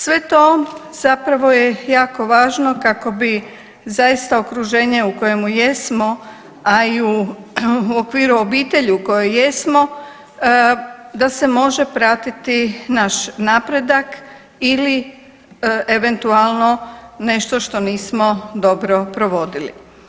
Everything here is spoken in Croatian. Sve to zapravo je jako važno kako bi zaista okruženje u kojemu jesmo, a i u okviru obitelji u kojoj jesmo da se može pratiti naš napredak ili eventualno nešto što nismo dobro provodili.